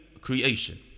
creation